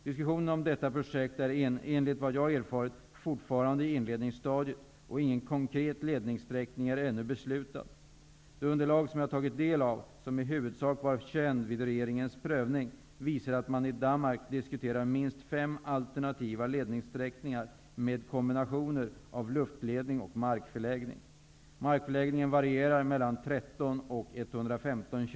Diskussionen om detta projekt är enligt vad jag erfarit fortfarande i inledningsstadiet och ingen konkret ledningssträckning är ännu beslutad. Det underlag som jag har tagit del av och som i huvudsak var känt vid regeringens prövning visar att man i Danmark diskuterar minst fem alternativa ledningssträckningar med kombinationer av luftledning och markförläggning.